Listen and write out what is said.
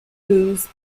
whose